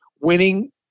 winning